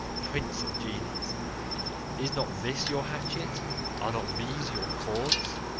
prince of genies is not this your hatchet are not these your cords?